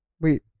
Wait